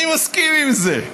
אני מסכים עם זה.